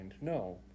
No